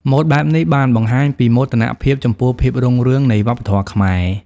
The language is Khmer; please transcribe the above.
ម៉ូដបែបនេះបានបង្ហាញពីមោទនភាពចំពោះភាពរុងរឿងនៃវប្បធម៌ខ្មែរ។